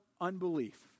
unbelief